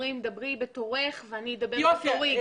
אומרים דברי בתורך ואני אדבר בתורי.